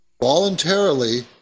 voluntarily